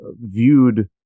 viewed